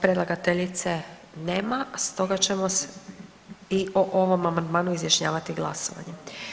Predlagateljice nema, stoga ćemo se i o ovom amandmanu izjašnjavati glasovanjem.